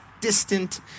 distant